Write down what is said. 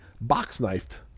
box-knifed